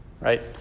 Right